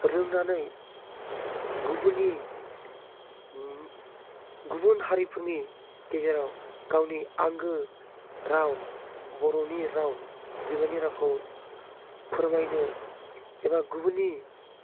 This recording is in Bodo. रोंनानै गुबुननि गुबुन हारिफोरनि गेजेराव गावनि आंगो राव बर'नि राव बिमानि रावखौ फोरमायनो एबा गुबुननि